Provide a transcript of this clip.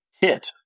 hit